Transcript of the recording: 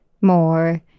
more